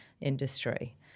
industry